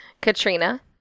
Katrina